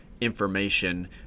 information